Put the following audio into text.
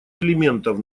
элементов